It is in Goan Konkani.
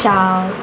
च्या